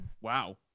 Wow